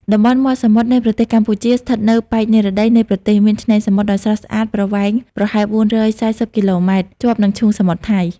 តំបន់មាត់សមុទ្រនៃប្រទេសកម្ពុជា ស្ថិតនៅប៉ែក និរតី នៃប្រទេស មានឆ្នេរសមុទ្រដ៏ស្រស់ស្អាតប្រវែងប្រហែល ៤៤០ គីឡូម៉ែត្រ ជាប់នឹងឈូងសមុទ្រថៃ។